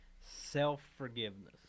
self-forgiveness